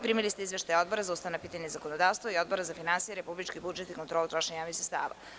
Primili ste izveštaje Obora za ustavna pitanja i zakonodavstvo i Odbora za finansije, republički budžet i kontrolu trošenja javnih sredstava.